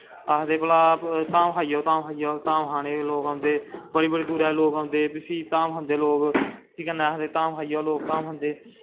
आखदे भला धाम खाई जाओ धाम खाई जाओ धाम खानें गी लोग औंदे बड़ी बड़ी दूरा दा लोग औंदे फ्दी धाम खंदे फ्ही कन्नै आखदे धाम खाई जाओ फ्ही लोग धाम खंदे